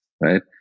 right